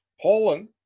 Poland